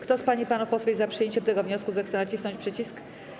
Kto z pań i panów posłów jest za przyjęciem tego wniosku, zechce nacisnąć przycisk.